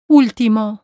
último